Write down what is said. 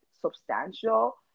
substantial